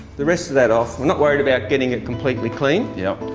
the rest of that off, i'm not worried about getting it completely clean, yep.